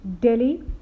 Delhi